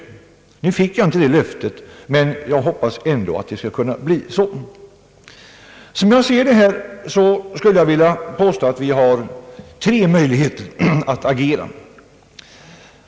Jag var ledsen över att jag inte fick detta löfte, men jag hoppas ändå att det skall bli på det sätt jag tänkt mig. Jag skulle vilja påstå att det finns tre möjligheter att agera.